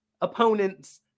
opponents